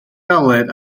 galed